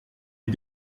est